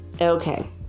okay